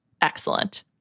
excellent